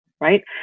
right